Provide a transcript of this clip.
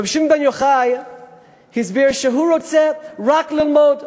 רבי שמעון בר יוחאי הסביר שהוא רוצה רק ללמוד,